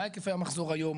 מה היקפי המחזור היום,